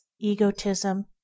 egotism